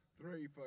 Three